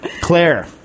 Claire